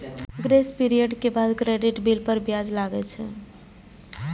grace period के बाद credit bill पर ब्याज लागै छै